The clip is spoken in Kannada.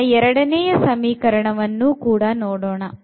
ಈಗ ಎರಡನೆಯ ಸಮೀಕರಣವನ್ನು ಕೂಡ ನೋಡೋಣ